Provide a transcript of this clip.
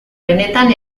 benetan